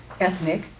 ethnic